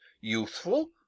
youthful